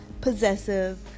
possessive